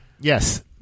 yes